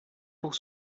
pour